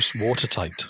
watertight